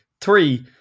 Three